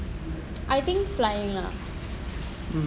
I think flying lah